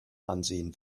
ansehen